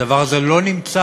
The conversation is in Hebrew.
הדבר הזה לא נמצא,